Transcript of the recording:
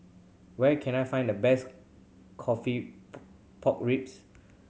where can I find the best coffee pork ribs